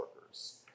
workers